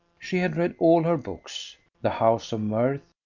she had read all her books the house of mirth,